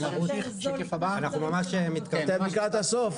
אתם לקראת הסוף?